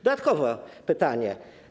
Dodatkowe pytanie.